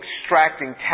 extracting